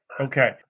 Okay